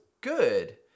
good